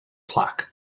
plaque